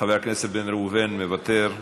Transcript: חבר הכנסת בן ראובן, מוותר,